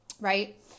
right